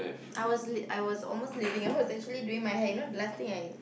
I was lea~ I was almost leaving I was actually doing my hair you know the last thing I